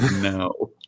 No